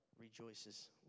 rejoices